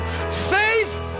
Faith